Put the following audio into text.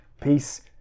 Peace